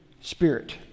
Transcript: Spirit